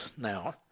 now